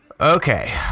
Okay